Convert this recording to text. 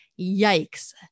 Yikes